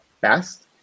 best